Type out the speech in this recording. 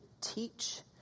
teach